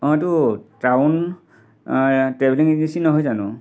অঁ এইটো town travelling agency নহয় জানো